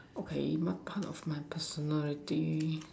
okay my part of my personal day